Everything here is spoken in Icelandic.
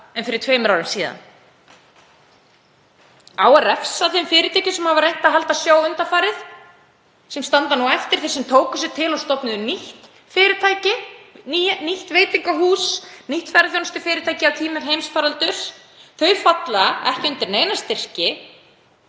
en fyrir tveimur árum. Á að refsa þeim fyrirtækjum sem hafa reynt að halda sjó undanfarið, þeim sem standa nú eftir, þeim sem tóku sig til og stofnuðu nýtt fyrirtæki, nýtt veitingahús, nýtt ferðaþjónustufyrirtæki, á tímum heimsfaraldurs? Þau falla ekki undir neina styrki